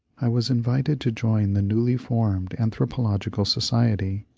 i was invited to join the newly formed anthropological society,